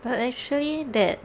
but actually that